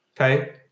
okay